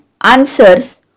answers